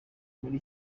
muri